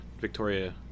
Victoria